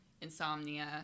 Insomnia